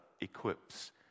equips